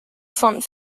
font